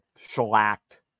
shellacked